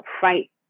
fight